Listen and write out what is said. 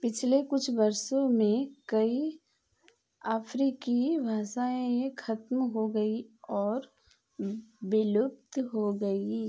पिछले कुछ वर्षों में कई अफ़्रीकी भाषाएँ ख़त्म हो गईं और विलुप्त हो गईं